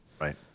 Right